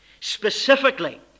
specifically